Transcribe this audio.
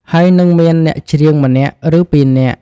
ហើយនិងមានអ្នកច្រៀងម្នាក់ ឬពីរនាក់ ។